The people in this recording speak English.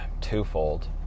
twofold